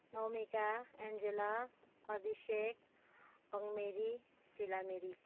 Namika Angela Abhishek अङमेरी सिलामेरी